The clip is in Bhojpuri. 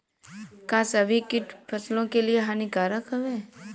का सभी कीट फसलों के लिए हानिकारक हवें?